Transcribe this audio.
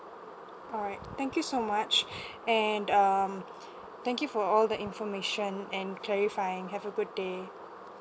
alright thank you so much and um thank you for all the information and clarifying have a good day